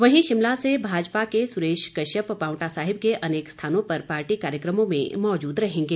वहीं शिमला से भाजपा के सुरेश कश्यप पांवटा साहिब के अनेक स्थानों पर पार्टी कार्यक्रमों में मौजूद रहेंगे